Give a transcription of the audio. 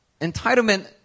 Entitlement